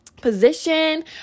position